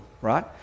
right